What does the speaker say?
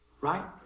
Right